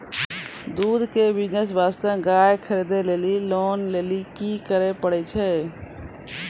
दूध के बिज़नेस वास्ते गाय खरीदे लेली लोन लेली की करे पड़ै छै?